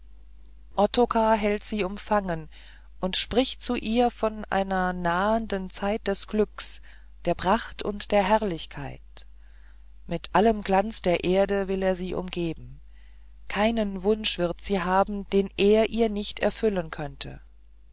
ottokar hält sie umfangen und spricht zu ihr von einer nahenden zeit des glücks der pracht und der herrlichkeit mit allem glanz der erde will er sie umgeben keinen wunsch wird sie haben den er ihr nicht erfüllen könnte